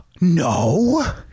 No